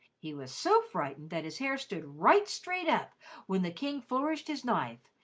he was so frightened that his hair stood right straight up when the king flourished his knife,